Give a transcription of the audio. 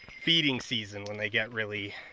feeding season, when they get really,